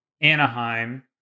Anaheim